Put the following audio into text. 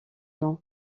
nom